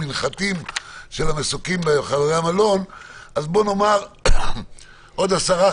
אז נאמר שעוד 10,